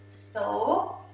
so,